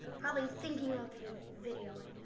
probably thinking of the video idea.